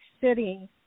City